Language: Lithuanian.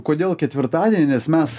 kodėl ketvirtadienį nes mes